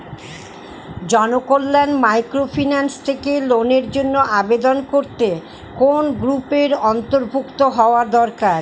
Janakalyan microfinance থেকে লোনের জন্য আবেদন করতে কোন গ্রুপের অন্তর্ভুক্ত হওয়া দরকার?